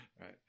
right